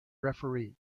referee